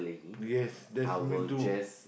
yes that's me too